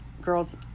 Girls